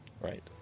Right